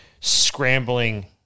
scrambling